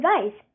advice